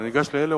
אני ניגש לאלה,